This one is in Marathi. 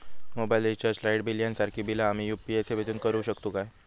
मोबाईल रिचार्ज, लाईट बिल यांसारखी बिला आम्ही यू.पी.आय सेवेतून करू शकतू काय?